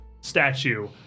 statue